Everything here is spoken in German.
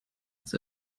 zur